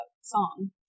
song